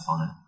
fine